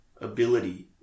ability